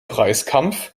preiskampf